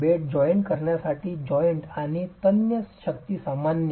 bed joint करण्यासाठी joint आणि तन्य शक्ती सामान्य